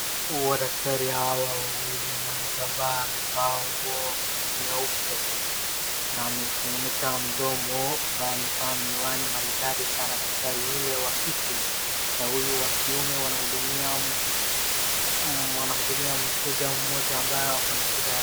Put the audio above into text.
Wa daktari hawa wawili, mwanamke ambaye amevaa nguo nyeupe na amefunika mdomo ambaye amevaa miwani maridadi sana, daktari yule wa kike, na huyu wa kiume wanahudumia mteja mmoja ambaye ako na shida.